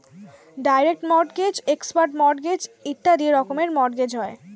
direct mortgage, expert mortgage ইত্যাদি রকমের mortgage হয়